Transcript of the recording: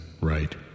right